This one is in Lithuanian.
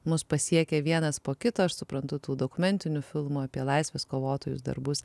mus pasiekia vienas po kito aš suprantu tų dokumentinių filmų apie laisvės kovotojus darbus